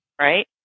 Right